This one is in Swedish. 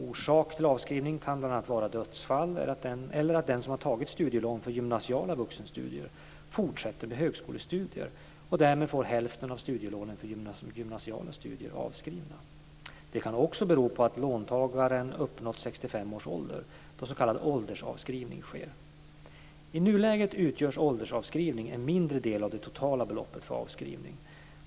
Orsak till avskrivning kan bl.a. vara dödsfall eller att den som tagit studielån för gymnasiala vuxenstudier fortsätter med högskolestudier och därmed får hälften av studielånen för gymnasiala studier avskrivna. Det kan också bero på att låntagaren uppnått 65 års ålder, då s.k. åldersavskrivning sker. I nuläget utgör åldersavskrivning en mindre del av det totala beloppet för avskrivning.